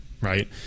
right